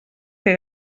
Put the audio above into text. que